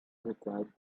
required